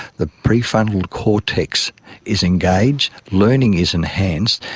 the prefrontal cortex is engaged, learning is enhanced,